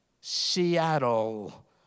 Seattle